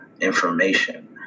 information